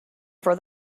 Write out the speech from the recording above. for